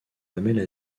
lamelles